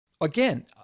again